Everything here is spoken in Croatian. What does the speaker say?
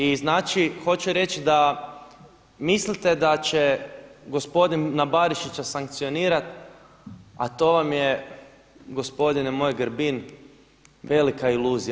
I znači, hoću reći da mislite da će gospodina Barišića sankcionirati, a to vam je gospodine moj Grbin velika iluzija.